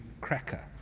cracker